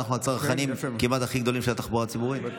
אנחנו הצרכנים כמעט הכי גדולים של התחבורה הציבורית.